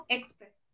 Express